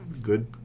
good